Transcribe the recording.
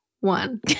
one